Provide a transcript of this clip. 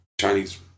Chinese